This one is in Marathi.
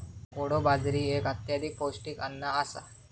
कोडो बाजरी एक अत्यधिक पौष्टिक अन्न आसा